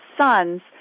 sons